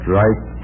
right